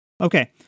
Okay